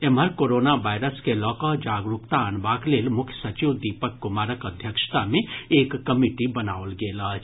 एम्हर corona virus के लऽकऽ जागरूकता अनबाक लेल मुख्य सचिव दीपक कुमारक अध्यक्षता मे एक कमिटी बनाओल गेल अछि